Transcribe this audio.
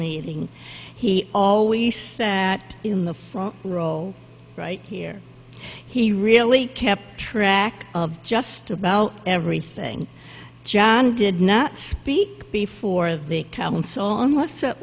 meeting he always says that in the role right here he really kept track of just about everything john did not speak before the council unless it